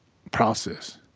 process,